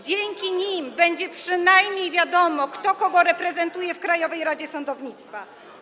Dzięki nim będzie przynajmniej wiadomo, kto kogo reprezentuje w Krajowej Radzie Sądownictwa.